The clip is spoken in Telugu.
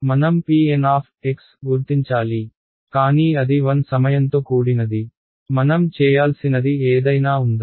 మనం pN గుర్తించాలి కానీ అది 1 సమయంతొ కూడినది మనం చేయాల్సినది ఏదైనా ఉందా